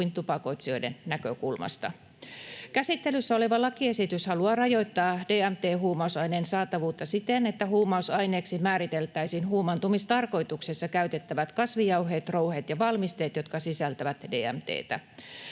kuin tupakoitsijoiden näkökulmasta. Käsittelyssä oleva lakiesitys haluaa rajoittaa DMT-huumausaineen saatavuutta siten, että huumausaineeksi määriteltäisiin huumaantumistarkoituksessa käytettävät kasvijauheet, ‑rouheet ja ‑valmisteet, jotka sisältävät DMT:tä.